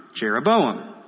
Jeroboam